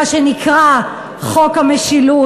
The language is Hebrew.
מה שנקרא חוק המשילות.